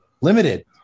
Limited